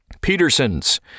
Peterson's